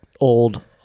old